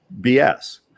BS